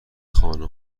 خانه